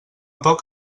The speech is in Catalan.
poc